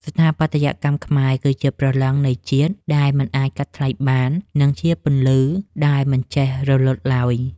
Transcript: ស្ថាបត្យកម្មខ្មែរគឺជាព្រលឹងនៃជាតិដែលមិនអាចកាត់ថ្លៃបាន និង ជាពន្លឺដែលមិនចេះរលត់ឡើយ។